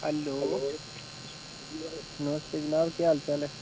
hello नमस्ते जनाब केह् हाल चाल ऐ